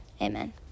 Amen